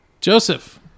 Joseph